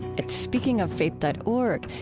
at speakingoffaith dot org,